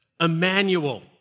Emmanuel